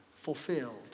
fulfilled